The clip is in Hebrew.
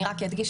אני רק אדגיש,